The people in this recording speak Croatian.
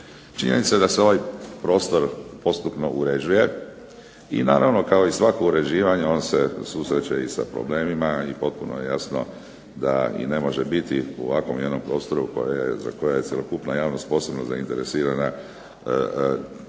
Činjenica da se ovaj prostor postupno uređuje i naravno kao i svako uređivanje on se susreće i sa problemima i potpuno je jasno da ni ne može biti u ovakvom jednom prostoru za koje je cjelokupna javnost posebno zainteresirana svih